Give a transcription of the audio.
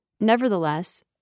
nevertheless